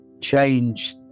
change